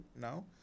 now